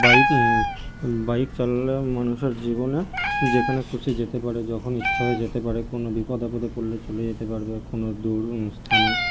bike bike চালালে মানুষের জীবনে যেখানে খুশি যেতে পারে যখন ইচ্ছা হয় যেতে পারে কোনো বিপদ আপদে পড়লে চলে যেতে পারবে কোনো দূর স্থানে